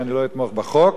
שלא אתמוך בחוק,